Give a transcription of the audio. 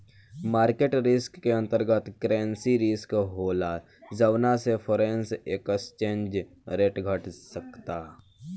market risk के अंतर्गत, currency risk होला जौना से फॉरेन एक्सचेंज रेट घट सकता